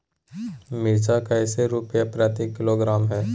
मिर्च कैसे रुपए प्रति किलोग्राम है?